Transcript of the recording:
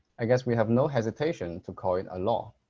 i guess we have no hesitation to call it a law.